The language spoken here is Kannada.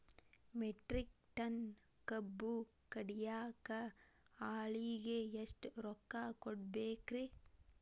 ಮೆಟ್ರಿಕ್ ಟನ್ ಕಬ್ಬು ಕಡಿಯಾಕ ಆಳಿಗೆ ಎಷ್ಟ ರೊಕ್ಕ ಕೊಡಬೇಕ್ರೇ?